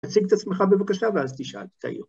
‫תציג את עצמך בבקשה ‫ואז תשאל...